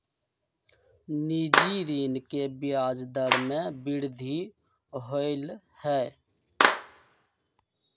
निजी ऋण के ब्याज दर में वृद्धि होलय है